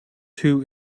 two